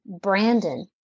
Brandon